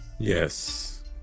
Yes